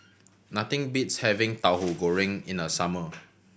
nothing beats having Tahu Goreng in the summer